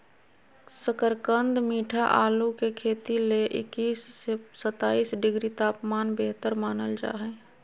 शकरकंद मीठा आलू के खेती ले इक्कीस से सत्ताईस डिग्री तापमान बेहतर मानल जा हय